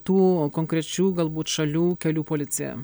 tų konkrečių galbūt šalių kelių policija